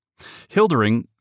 Hildering